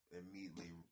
immediately